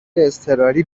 اضطراری